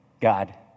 God